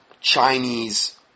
Chinese